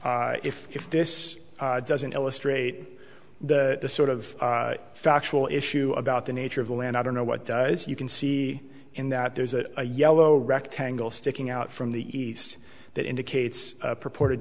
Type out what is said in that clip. if this doesn't illustrate the sort of factual issue about the nature of the land i don't know what does you can see in that there's a yellow rectangle sticking out from the east that indicates a purported